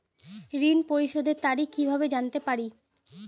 ঋণ পরিশোধের তারিখ কিভাবে জানতে পারি?